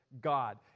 God